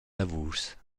lavurs